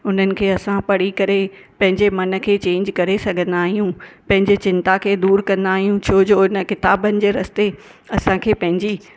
उन्हनि खे असां पढ़ी करे पंहिंजे मन खे चेंज करे सघंदा आहियूं पंहिंजे चिंता खे दूर कंदा आहियूं छो जो उन क़िताबनि जे रस्ते असांखे पंहिंजी